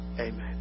Amen